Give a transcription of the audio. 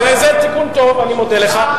על איזה תיקון טעות אני מודה לך?